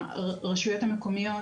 הרשויות המקומיות,